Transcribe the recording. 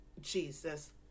Jesus